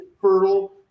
fertile